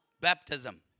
baptism